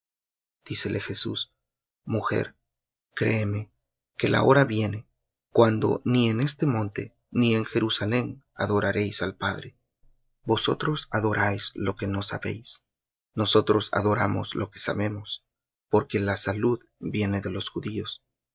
dícele jesús mujer créeme que la hora viene cuando ni en este monte ni en jerusalem adoraréis al padre vosotros adoráis lo que no sabéis nosotros adoramos lo que sabemos porque la salud viene de los judíos